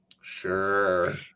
Sure